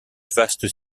vaste